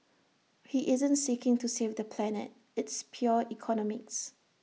he isn't seeking to save the planet it's pure economics